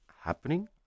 happening